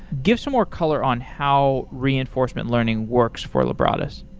give some more color on how reinforcement learning works for lebradas.